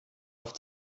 auf